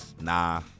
Nah